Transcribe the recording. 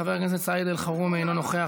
חבר הכנסת סעיד אלחרומי, אינו נוכח.